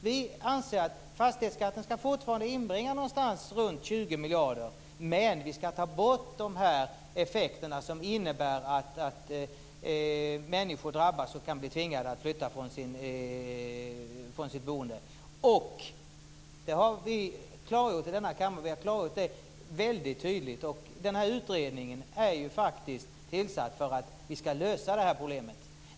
Vi anser att fastighetskatten fortfarande ska inbringa runt 20 miljarder, men vi ska ta bort de effekter som innebär att människor drabbas och kan bli tvingade att flytta från sitt boende. Vi har klargjort det väldigt tydligt här i kammaren. Den här utredningen är faktiskt tillsatt för att vi ska lösa det här problemet.